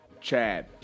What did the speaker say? Chad